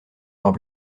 leurs